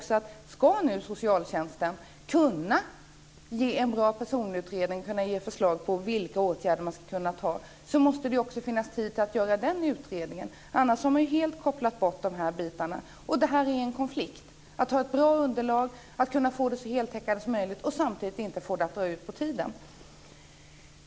Ska nu socialtjänsten kunna göra en bra personutredning och ge förslag på vilka åtgärder man ska kunna vidta måste det också finnas tid till att göra den utredningen. Om man avstår från det blir det en konflikt: Man ska ta fram ett underlag som är så heltäckande som möjligt, samtidigt som det inte får dra ut på tiden.